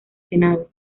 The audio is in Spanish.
senado